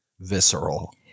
visceral